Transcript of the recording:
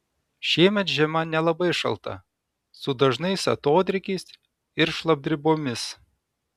šiemet žiema nelabai šalta su dažnais atodrėkiais ir šlapdribomis